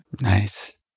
Nice